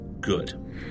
Good